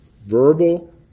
verbal